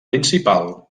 principal